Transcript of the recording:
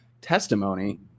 testimony